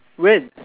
when